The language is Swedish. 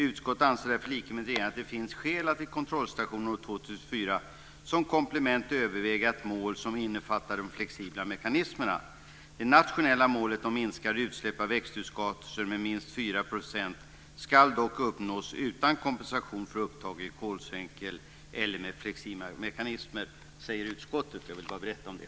Utskottet anser i likhet med regeringen att det finns skäl att vid kontrollstationen år 2004 som komplement överväga ett mål som innefattar de flexibla mekanismerna. Det nationella målet om minskade utsläpp av växthusgaser med minst 4 % ska dock uppnås utan kompensation för upptag i kolsänkor eller med flexibla mekanismer. Detta säger utskottet. Jag ville bara berätta om det.